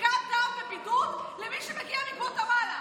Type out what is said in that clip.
בדיקת דם ובידוד למי שמגיע מגואטמלה.